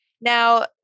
Now